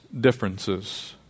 differences